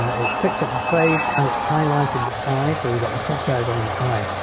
ah it's picked up the face and it's highlighted the eye so we've got the crosshairs on the eye.